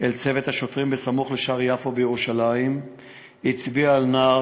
אל צוות שוטרים סמוך לשער יפו בירושלים והצביע על נער